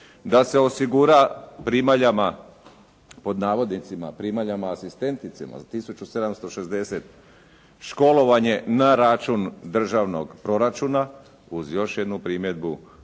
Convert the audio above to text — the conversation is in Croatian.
da se osigura primaljama pod navodnicima „primaljama asistenticama“ za 1760, školovanje na račun državnog proračuna uz još jednu primjedbu, da